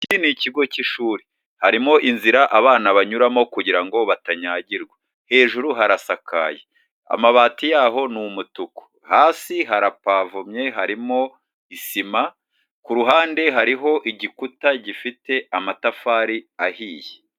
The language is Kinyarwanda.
Iki ni ikigo k'ishuri harimo inzira abana banyuramo kugirango batanyagirwa, hejuru harasakaye amabati yaho ni umutuku hasi harapavomye harimo isima, ku ruhande hariho igikuta gifite amatafari ahiye.